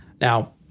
Now